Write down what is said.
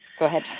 go ahead.